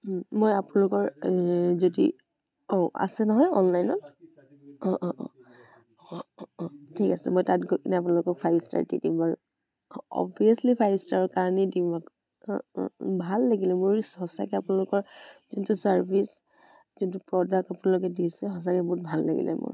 মই আপোনালোকৰ যদি অ' আছে নহয় অনলাইনত অ' অ' অ' অ' অ' অ' ঠিক আছে মই তাত গৈ পিনে আপোনালোকক ফাইভ ষ্টাৰ দি দিম বাৰু অভিয়াচলি ফাইভ ষ্টাৰৰ কাৰণেই দিম আকৌ অ' অ' ভাল লাগিলে মোৰ সঁচাকৈ আপোনালোকৰ যোনটো ছাৰ্ভিচ যোনটো প্ৰডাক্ট আপোনালোকে দিছে সঁচাকৈ বহুত ভাল লাগিলে মোৰ